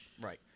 right